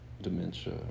dementia